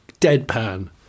deadpan